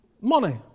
money